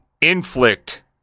inflict